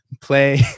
play